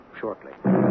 shortly